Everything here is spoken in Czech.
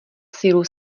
sílu